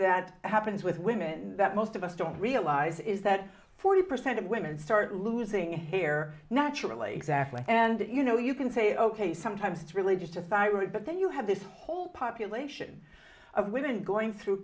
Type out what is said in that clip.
that happens with women that most of us don't realize is that forty percent of women start losing hair naturally zaf way and that you know you can say ok sometimes it's really just a thyroid but then you have this whole population of women going through